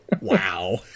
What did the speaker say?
wow